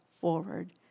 forward